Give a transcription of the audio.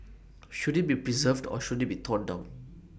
should IT be preserved or should IT be torn down